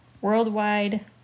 Worldwide